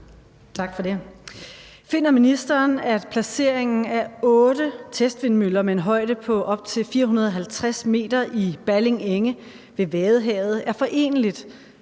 Finder ministeren, at placeringen af otte testvindmøller med en højde på op til 450 meter i Balling Enge ved Vadehavet er foreneligt